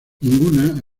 ninguna